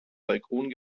balkon